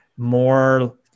more